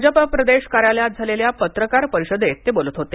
भाजपा प्रदेश कार्यालयात झालेल्या पत्रकार परिषदेत ते बोलत होते